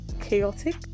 chaotic